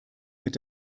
mit